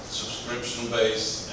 subscription-based